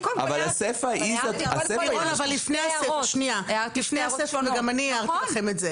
גם אני הערתי לכם משהו